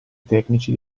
tecnici